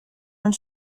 und